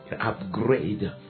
upgrade